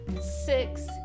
Six